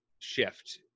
shift